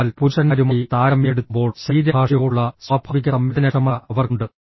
അതിനാൽ പുരുഷന്മാരുമായി താരതമ്യപ്പെടുത്തുമ്പോൾ ശരീരഭാഷയോടുള്ള സ്വാഭാവിക സംവേദനക്ഷമത അവർക്കുണ്ട്